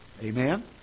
Amen